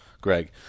Greg